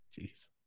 Jeez